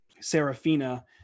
Serafina